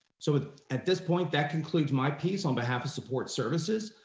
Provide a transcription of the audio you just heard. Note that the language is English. so at this point, that concludes my piece on behalf of support services.